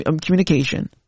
communication